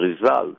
result